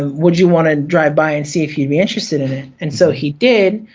would you want to drive by and see if you'd be interested in it? and so he did.